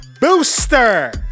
Booster